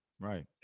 right